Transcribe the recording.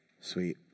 Sweet